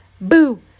Boo